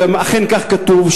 ואכן כך כתוב,